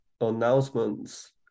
announcements